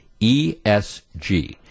ESG